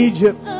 Egypt